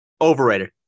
Overrated